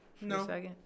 No